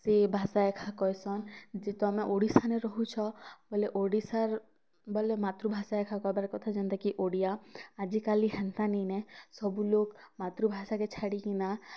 ସିଏ ଭାଷା ଏଖା କହିସନ୍ ଯେହେତୁ ଆମେ ଓଡ଼ିଶା ନେ ରହୁଛ ବୋଲେ ଓଡ଼ିଶାର୍ ବୋଲେ ମାତୃଭାଷା ଏଖା କହିବାର୍ କଥା ଯେନ୍ତା କି ଓଡ଼ିଆ ଆଜିକାଲି ହେନ୍ତା ନେଇ ନା ସବୁ ଲୋକ୍ ମାତୃଭାଷା କେ ଛାଡ଼ିକି ନା